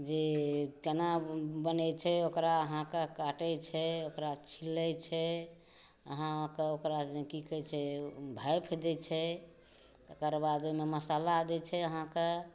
जे केना बनै छै ओकरा अहाँकेॅं काटै छै ओकरा छिलै छै अहाँकेॅं ओकरा की कहै छै भापि दै छै तकर बाद ओहिमे मसाला दै छै अहाँकेॅं